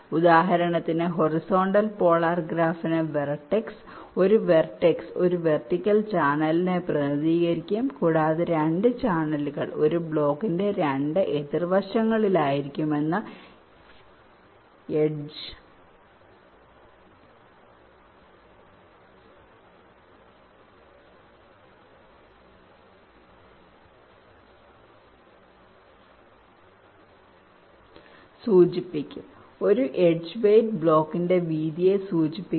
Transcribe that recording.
ഉദാഹരണത്തിന് horizontal polar ഗ്രാഫിന് vertex ഒരു വെർട്ടക്സ് ഒരു വെർട്ടിക്കൽ ചാനലിനെ പ്രതിനിധീകരിക്കും കൂടാതെ രണ്ട് ചാനലുകൾ ഒരു ബ്ലോക്കിന്റെ രണ്ട് എതിർ വശങ്ങളിലായിരിക്കുമെന്ന് എഡ്ജ് സൂചിപ്പിക്കും ഒരു എഡ്ജ് വെയിറ്റ് ബ്ലോക്കിന്റെ വീതിയെ സൂചിപ്പിക്കുന്നു